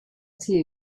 tea